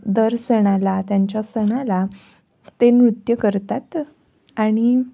दर सणाला त्यांच्या सणाला ते नृत्य करतात आणि